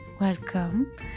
welcome